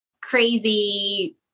crazy